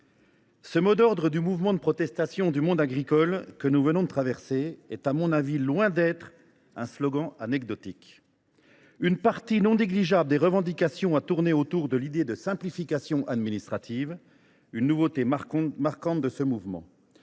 le mot d’ordre du mouvement de protestation du monde agricole que notre pays vient de connaître est à mon avis loin d’être un slogan anecdotique. Une partie non négligeable des revendications des agriculteurs a tourné autour de l’idée de simplification administrative, une nouveauté marquante de ce mouvement.